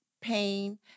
pain